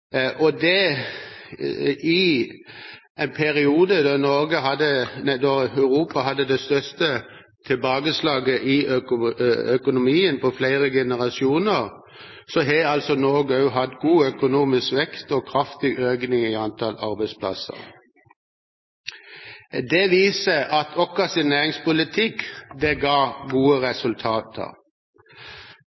I en periode da Europa hadde det største tilbakeslaget i økonomien på flere generasjoner, har altså Norge hatt god økonomisk vekst og kraftig økning i antall arbeidsplasser. Det viser at vår næringspolitikk har gitt gode resultater.